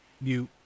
mute